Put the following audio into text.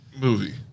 movie